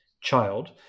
child